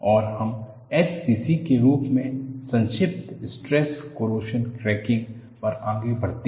अब हम SCC के रूप में संक्षिप्त स्ट्रेस कोरोशन क्रैकिंग पर आगे बढ़ते हैं